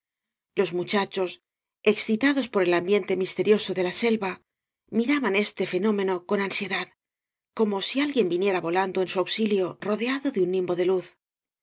los muchachos excitados por el ambiente misterioso de la selva miraban este fenómeno con ansiedad como si alguien viniera volando en su auxilio rodeado de un nimbo de luz